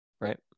right